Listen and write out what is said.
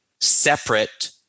separate